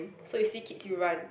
so you see kids you run